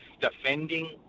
defending